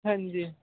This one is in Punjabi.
ਹਾਂਜੀ